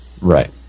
Right